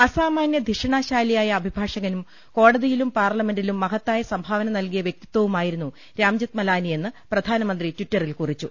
അസാമാനൃധിഷണാശാലിയായ അഭിഭാഷകനും കോടതിയിലും പാർലമെന്റിലും മഹത്തായ സംഭാവന നൽകിയ വ്യക്തിതവുമായിരുന്നു രാംജത്ത് മലാനി എന്ന് പ്രധാനമന്ത്രി ട്വിറ്ററിൽ കുറിച്ചു